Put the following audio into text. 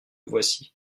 voici